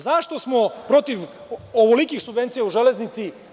Zašto smo protiv ovolikih subvencija u železnici?